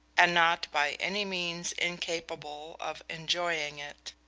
and not by any means incapable of enjoying it.